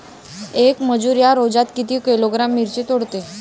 येक मजूर या रोजात किती किलोग्रॅम मिरची तोडते?